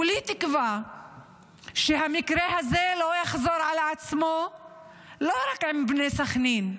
כולי תקווה שהמקרה הזה לא יחזור על עצמו לא רק עם בני סכנין,